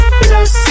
plus